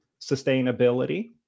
sustainability